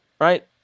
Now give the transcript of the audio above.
right